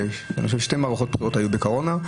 ושתי מערכות בחירות היו בתקופת קורונה,